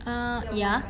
err ya